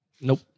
Nope